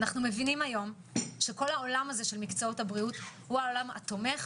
אנחנו מבינים היום שכל העולם הזה של מקצועות הבריאות הוא העולם התומך,